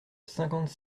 cinquante